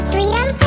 Freedom